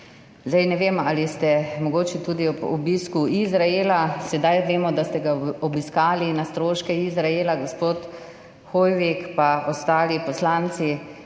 Ne vem, ali so vas mogoče tudi ob obisku Izraela, sedaj vemo, da ste ga obiskali na stroške Izraela, gospod Hoivik in ostali poslanci